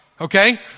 Okay